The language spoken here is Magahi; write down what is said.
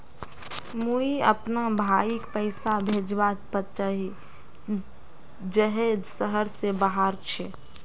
मुई अपना भाईक पैसा भेजवा चहची जहें शहर से बहार छे